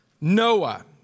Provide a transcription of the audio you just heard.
Noah